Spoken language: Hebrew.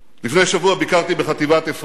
לפני שבוע ביקרתי בחטיבת אפרים.